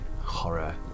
horror